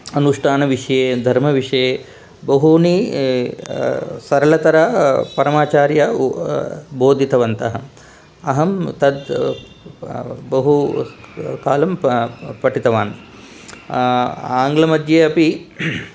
अनुष्टानविषये धर्मविषये बहूनि सरलतरं परमाचार्याः बोधितवन्तः अहं तत् बहुकालं पठितवान् आङ्ग्लमध्ये अपि